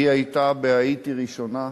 היא היתה בהאיטי ראשונה,